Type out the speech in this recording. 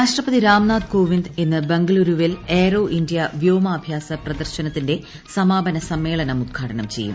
രാഷ്ട്രപതി രാംനാഥ് കോവിന്ദ് ഇന്ന് ബംഗളൂരുവിൽ എയ്റോ ഇന്ത്യ വ്യോമാഭ്യാസ പ്രദർശനത്തിന്റെ സമാപന സമ്മേളനം ഉദ്ഘാടനം ചെയ്യും